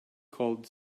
called